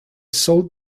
sold